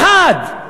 אחד.